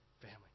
family